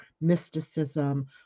mysticism